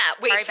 Wait